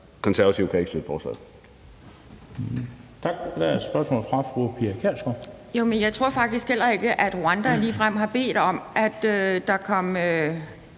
Konservative kan ikke støtte forslaget.